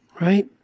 right